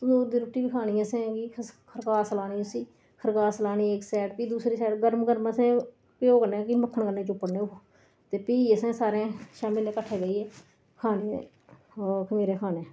दी रूट्टी खानी असें खरगास लानी उसी खरगास लानी इक सैड फ्ही दुई गर्म गर्म असें घ्यो कन्नै कि मक्खन कन्नै चुप्पड़ने ते फ्ही असें सारें शामी बेल्लै कट्ठे जाइयै खानी ते खमीरे खाने